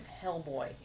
Hellboy